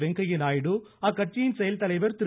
வெங்கைய நாயுடு அக்கட்சியின் செயல் தலைவர் திரு